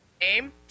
name